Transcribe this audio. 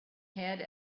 head